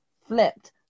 flipped